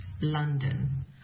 London